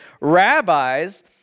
rabbis